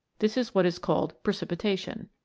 this is what is called precipitation.